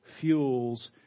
fuels